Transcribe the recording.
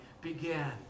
began